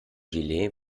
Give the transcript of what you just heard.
gelee